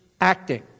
acting